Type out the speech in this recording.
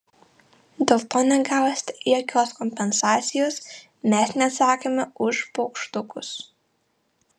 dėl to negausite jokios kompensacijos mes neatsakome už paukštukus